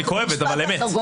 היא כואבת אבל אמת.